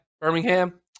Birmingham